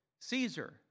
Caesar